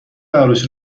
عروسی